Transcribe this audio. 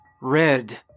red